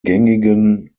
gängigen